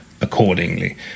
accordingly